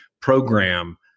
program